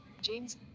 James